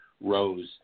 rose